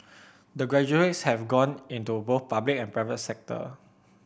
the graduates have gone into both public and private sector